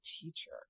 teacher